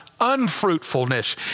unfruitfulness